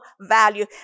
value